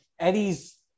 Eddie's